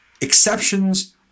exceptions